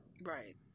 right